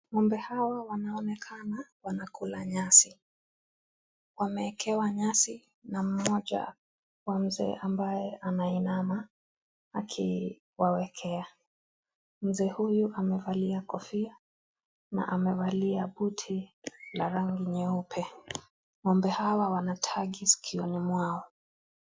Ng'ombe hawa wanaonekana wanakula nyasi. Wamewekewa nyasi na mmoja wa mzee ambaye anainama akiwawekea. Mzee huyu amevalia kofia na amevalia buti la rangi nyeupe.Ng'ombe Hawa wana tagi sikioni mwao.